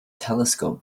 telescope